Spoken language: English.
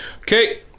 Okay